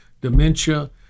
dementia